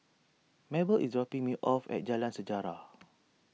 Mabelle is dropping me off at Jalan Sejarah